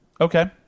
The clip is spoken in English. Okay